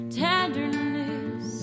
tenderness